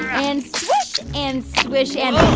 and swish and swish and. whoa